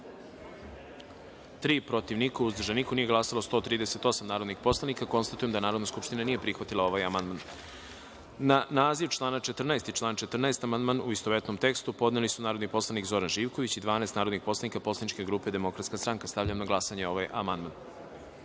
protiv – niko, uzdržanih – nema, nije glasalo 143 narodnih poslanika. Konstatujem da Narodna skupština nije prihvatila ovaj amandman. Na naziv člana 16. i član 16. amandman, u istovetnom tekstu, podneli su narodni poslanik Zoran Živković i 12 narodnih poslanika poslaničke grupe DS.Stavljam na glasanje ovaj